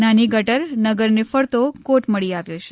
નાની ગટર નગરને ફરતો કોટ મળી આવ્યો છે